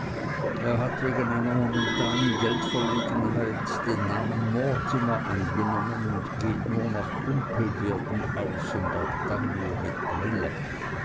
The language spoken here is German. er hat wegen seiner momentanen geldverlegenheiten den namen mortimer angenommen und geht nur nach dunkelwerden aus und auch dann nur mit brille